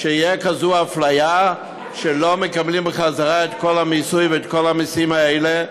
שתהיה כזאת אפליה שלא מקבלים בחזרה את כל המיסוי ואת כל המסים האלה?